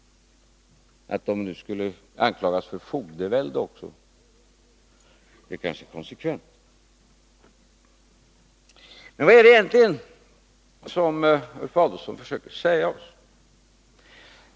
Att de nu också anklagas för fogdevälde är kanske konsekvent. Men vad är det egentligen som Ulf Adelsohn försöker säga oss?